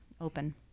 open